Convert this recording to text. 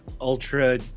Ultra